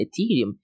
Ethereum